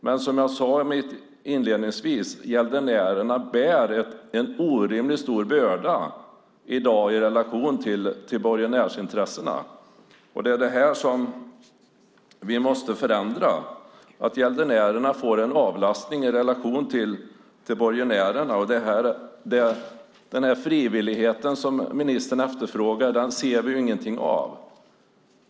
Men som jag sade inledningsvis: Gäldenärerna bär en orimligt stor börda i dag i relation till borgenärsintressena. Det är det här som vi måste förändra, så att gäldenärerna får en avlastning i relation till borgenärerna. Den frivillighet som ministern efterfrågar ser vi ingenting av.